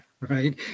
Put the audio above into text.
Right